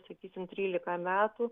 sakysim trylika metų